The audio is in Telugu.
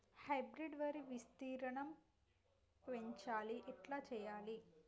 హైబ్రిడ్ వరి విస్తీర్ణం పెంచాలి ఎట్ల చెయ్యాలి?